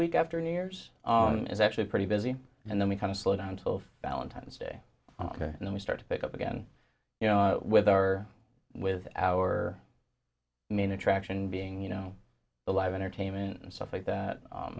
week after new year's is actually pretty busy and then we kind of slow down till valentine's day and then we start to pick up again you know with our with our main attraction being you know the live entertainment and stuff like that